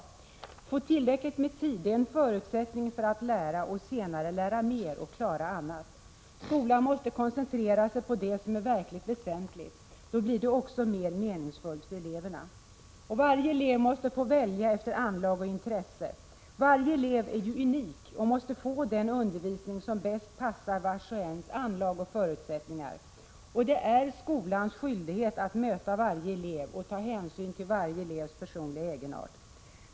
Få tillräckligt med tid, det är en förutsättning för att lära och senare lära mer och klara annat. Skolan måste koncentrera sig på det som är verkligt väsentligt. Då blir det också mer meningsfullt för eleverna. Varje elev måste få välja efter anlag och intresse. Varje elev är ju unik och måste få den undervisning som bäst passar vars och ens anlag och förutsättningar. Det är skolans skyldighet att möta varje elev och ta hänsyn till varje elevs personliga egenart.